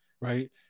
right